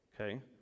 Okay